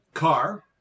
Car